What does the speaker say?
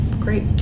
Great